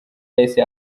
yahise